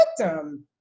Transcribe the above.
victim